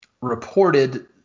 reported